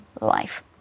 life